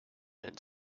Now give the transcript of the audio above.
and